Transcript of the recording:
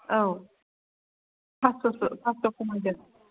औ पास्स'सो पास्स' खमायगोन